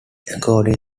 according